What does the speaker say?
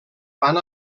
fan